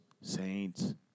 Saints